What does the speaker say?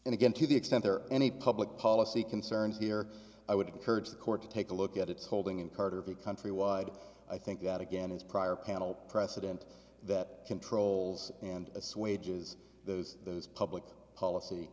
and again to the extent there are any public policy concerns here i would encourage the court to take a look at its holding in carter v countrywide i think that again his prior panel precedent that controls and assuage is those those public policy